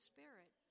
Spirit